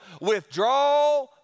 withdraw